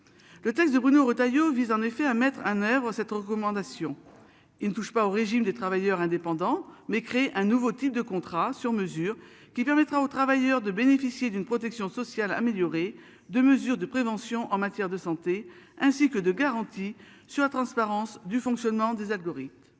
Le texte de Bruno Retailleau vise en effet à mettre en oeuvre cette recommandation. Ne touche pas au régime des travailleurs indépendants mais créer un nouveau type de contrat sur mesure qui permettra aux travailleurs de bénéficier d'une protection sociale améliorée de mesures de prévention en matière de santé, ainsi que de garanties sur la transparence du fonctionnement des algorithmes.